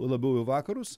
labiau į vakarus